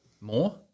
more